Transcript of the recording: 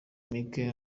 mike